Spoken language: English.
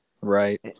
Right